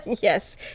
Yes